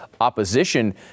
opposition